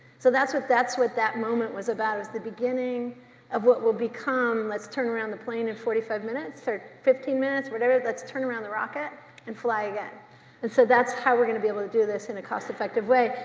so that's what that's what that moment was about is the beginning of what will become, let's turn around the plane in forty five minutes or fifteen minutes, whatever, let's turn around the rocket and fly again and so that's how we're gonna be able to do this in a cost effective way.